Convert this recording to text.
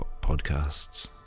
podcasts